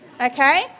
Okay